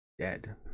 dead